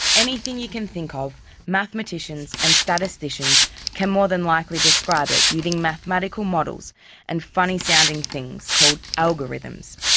anything you can think of, mathematicians and statisticians can more than likely describe it using mathematical models and funny-sounding things called algorithms.